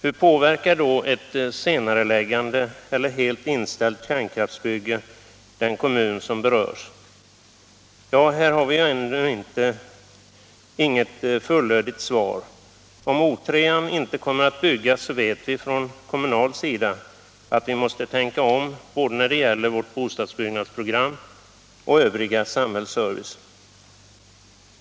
Hur påverkar då ett senareläggande eller inställande av ett kärnkraftsbygge den kommun som berörs? Ja, här har vi ännu inget fullödigt svar. Om O 3 inte kommer att byggas så vet vi från kommunal sida att vi måste tänka om när det gäller både vårt bostadbyggnadsprogram och övrig samhällsservice.